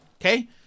Okay